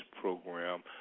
program